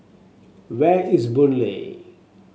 where is Boon Lay